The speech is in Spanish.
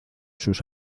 sus